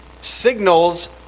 signals